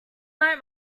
night